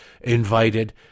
invited